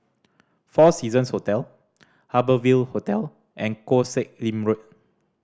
Four Seasons Hotel Harbour Ville Hotel and Koh Sek Lim Road